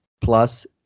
Plus